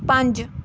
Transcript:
ਪੰਜ